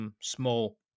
small